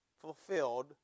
fulfilled